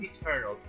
Eternal